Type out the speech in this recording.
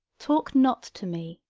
talk not to me,